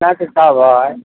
का भाव है